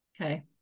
Okay